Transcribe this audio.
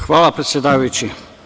Hvala, predsedajući.